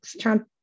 Trump